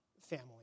family